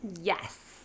Yes